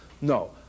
No